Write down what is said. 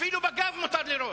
אפילו בגב מותר לירות.